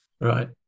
right